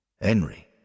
Henry